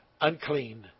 unclean